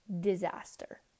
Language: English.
disaster